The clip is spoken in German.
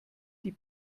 die